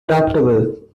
adaptable